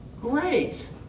Great